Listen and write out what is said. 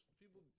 people